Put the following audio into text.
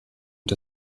und